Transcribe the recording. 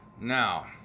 Now